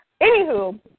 Anywho